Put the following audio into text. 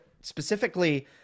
Specifically